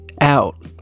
out